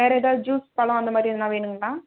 வேறு ஏதாவது ஜூஸ் பழம் அந்தமாதிரி எதனால் வேணுங்களா